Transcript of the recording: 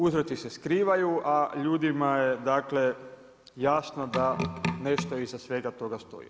Uzroci se skrivaju a ljudima je dakle, jasno da nešto iza svega toga stoji.